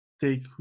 take